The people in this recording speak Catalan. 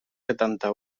setanta